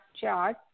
chart